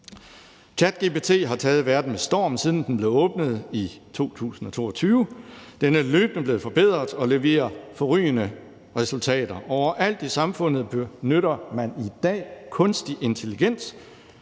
ChatGPT har taget verden med storm, siden den blev åbnet i 2022. Den er løbende blevet forbedret, og den leverer forrygende resultater. Overalt i samfundet benytter man i dag kunstig intelligens,